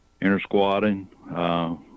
inter-squatting